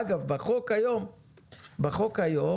אגב, בחוק היום